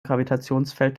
gravitationsfeld